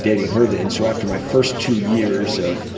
dating her then. so after my first two years of